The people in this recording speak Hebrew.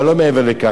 אבל לא מעבר לכך.